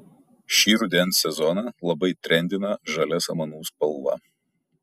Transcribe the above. šį rudens sezoną labai trendina žalia samanų spalva